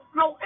no